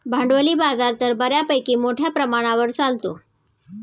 भांडवली बाजार तर बऱ्यापैकी मोठ्या प्रमाणावर चालतो